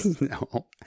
no